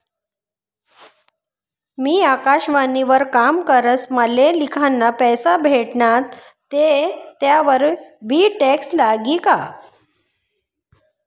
मी आकाशवाणी वर काम करस माले लिखाना पैसा भेटनात ते त्यावर बी टॅक्स लागी का?